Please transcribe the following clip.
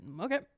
okay